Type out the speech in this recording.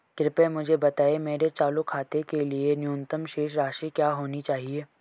कृपया मुझे बताएं मेरे चालू खाते के लिए न्यूनतम शेष राशि क्या होनी चाहिए?